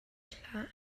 hlah